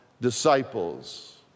disciples